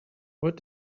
what